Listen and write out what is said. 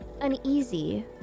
uneasy